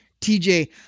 TJ